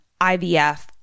IVF